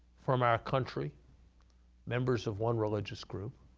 from our country members of one religious group,